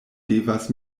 devas